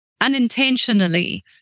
unintentionally